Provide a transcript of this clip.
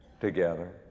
together